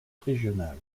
régional